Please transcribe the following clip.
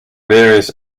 various